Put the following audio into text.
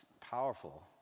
powerful